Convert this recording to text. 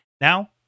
Now